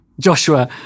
Joshua